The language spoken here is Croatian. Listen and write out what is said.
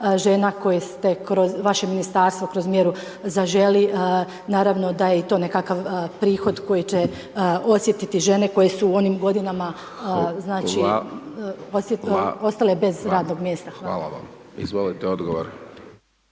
žena koje ste kroz vaše ministarstvo, kroz mjeru „Zaželi“ naravno da je i to nekakav prihod koji će osjetiti žene koje su u onim godinama, znači ostale bez radnog mjesta. Hvala. **Hajdaš